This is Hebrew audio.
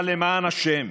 אבל למען השם,